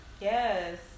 yes